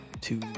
two